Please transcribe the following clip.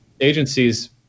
agencies